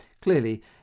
Clearly